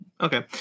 Okay